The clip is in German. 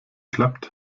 klappt